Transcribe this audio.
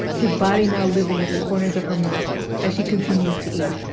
his body now living at the corners of her mouth as she continues to eat